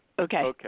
Okay